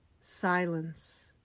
Silence